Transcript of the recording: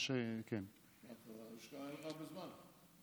אין לך הרבה זמן.